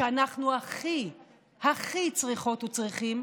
שאנחנו הכי הכי צריכות וצריכים,